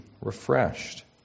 refreshed